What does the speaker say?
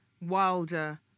wilder